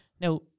Now